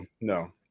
no